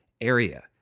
area